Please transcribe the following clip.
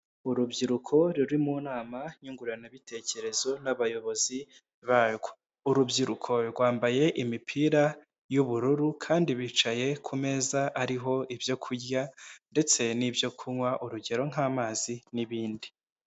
Urubyiruko ruri mu nama nyunguranabitekerezo n'abayobozi barwo. Urubyiruko rwambaye imipira y'ubururu kandi bicaye ku meza ariho ibyo kurya ndetse n'ibyo kunywa, urugero nk'amazi n'ibindi.